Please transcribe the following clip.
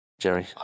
Jerry